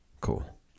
cool